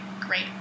great